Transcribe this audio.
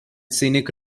scenic